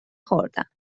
خوردم